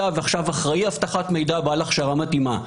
ועכשיו אחראי אבטחת מידע בעל הכשרה מתאימה.